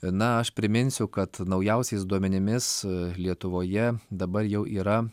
na aš priminsiu kad naujausiais duomenimis lietuvoje dabar jau yra